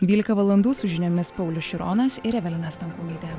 dvylika valandų su žiniomis paulius šironas ir evelina stankūnaitė